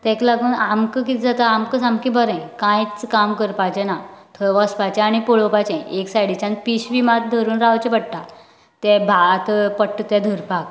ताका लागून आमकां कितें जाता आमकां सामके बरें कांयच काम करपाचे ना थंय वचपाचे आनी पळोवपाचे एक सायडीच्यान पिशवी मात धरून रावचे पडटा तें भात पडटा तें धरपाक